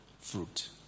fruit